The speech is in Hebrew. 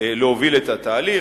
להוביל את התהליך,